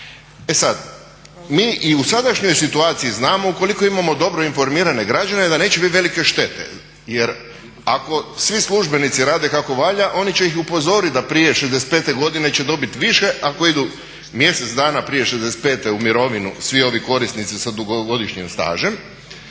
E sada, mi i u sadašnjoj situaciji znamo ukoliko imamo dobro informirane građane da neće biti velike štete jer ako svi službenici rade kako valja oni će ih upozoriti da prije 65. godine će dobiti više ako idu mjesec dana prije 65.u mirovinu svi ovi korisnici sa dugogodišnjim stažem